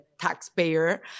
taxpayer